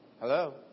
Hello